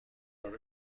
are